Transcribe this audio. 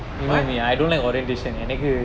what